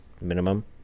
minimum